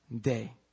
day